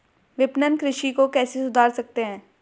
विपणन कृषि को कैसे सुधार सकते हैं?